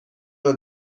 نوع